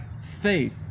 faith